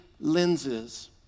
lenses